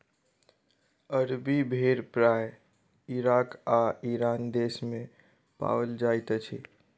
अरबी भेड़ प्रायः इराक आ ईरान देस मे पाओल जाइत अछि